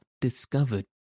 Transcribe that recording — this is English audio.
discovered